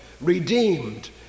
Redeemed